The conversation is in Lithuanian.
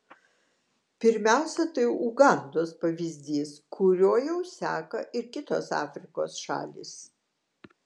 pirmiausia tai ugandos pavyzdys kuriuo jau seka ir kitos afrikos šalys